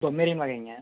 Pomeranian வகைங்க